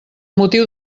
motiu